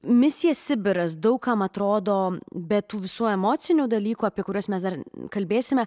misija sibiras daug kam atrodo be tų visų emocinių dalykų apie kuriuos mes dar kalbėsime